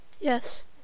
Yes